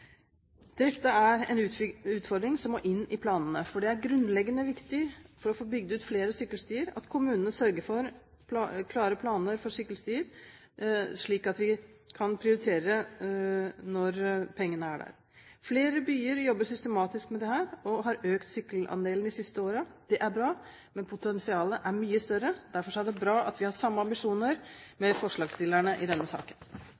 Dette er en utfordring som må inn i planene, for det er grunnleggende viktig for å få bygd ut flere sykkelstier at kommunene sørger for klare planer for sykkelstier slik at vi kan prioritere når pengene er der. Flere byer jobber systematisk med dette og har økt sykkelandelen de siste årene. Det er bra. Men potensialet er mye større. Derfor er det bra at vi har samme ambisjoner som forslagsstillerne i denne saken.